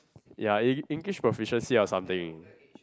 ya eng~ English proficiency or something